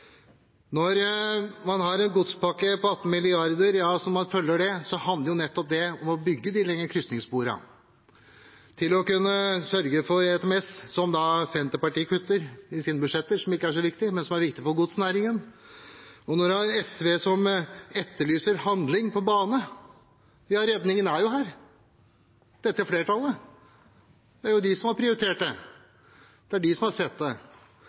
når det gjaldt gods på bane. Når man har en godspakke på 18 mrd. kr og man følger den, handler det nettopp om å bygge de lengre krysningssporene, sørge for ERTMS, som Senterpartiet kutter i sine budsjetter, som ikke er så viktig, men som er viktig for godsnæringen. Når man har SV, som etterlyser handling på bane – er jo redningen her: Dette flertallet har prioritert det, det er de som har sett det.